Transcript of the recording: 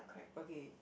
okay